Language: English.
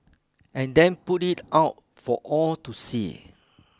and then put it out for all to see